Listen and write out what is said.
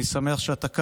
אני שמח שאתה כאן.